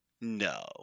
No